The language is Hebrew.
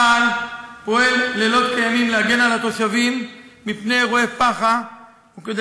צה"ל פועל לילות כימים להגן על התושבים מפני אירועי פח"ע וכדי